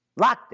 Lockdown